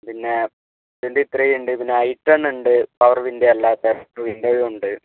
പിന്നെ twenty three ഉണ്ട് പിന്നെ ഐ ടെണ്ണ് ഉണ്ട് പവർ വിൻഡോ അല്ലാത്ത വിൻഡോയുണ്ട്